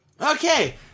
Okay